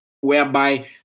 whereby